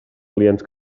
aliens